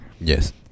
Yes